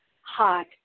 hot